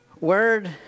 word